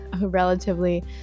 relatively